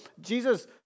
Jesus